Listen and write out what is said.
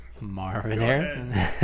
Marvin